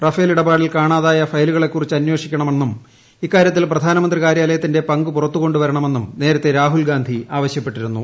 Rafale ഇടപാടിൽ കാണാതായ ഫയലുകളെ കുറിച്ച അന്വേഷിക്കണമെന്നും ഇക്കാര്യത്തിൽ പ്രധാനമന്ത്രി കാര്യാലയത്തിന്റെ പങ്ക് പുറത്തു കൊണ്ടു വരണമെന്നും നേരത്തെ രാഹുൽ ഗാന്ധി ആവശ്യപ്പെട്ടിരുന്നു